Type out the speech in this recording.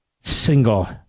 single